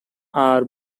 are